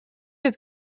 his